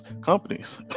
companies